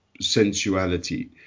Sensuality